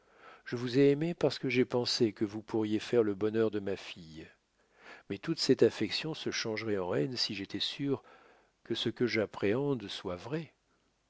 je vous ai aimé parce que j'ai pensé que vous pourriez faire le bonheur de ma fille mais toute cette affection se changerait en haine si j'étais sûr que ce que j'appréhende soit vrai